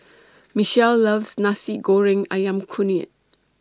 Michele loves Nasi Goreng Ayam Kunyit